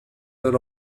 that